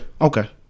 Okay